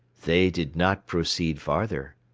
they did not proceed farther,